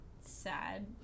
sad